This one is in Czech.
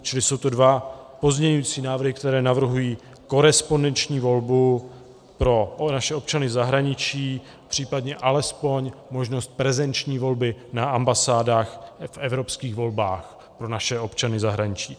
Čili jsou to dva pozměňovací návrhy, které navrhují korespondenční volbu pro naše občany v zahraničí, případně alespoň možnost prezenční volby na ambasádách v evropských volbách pro naše občany v zahraničí.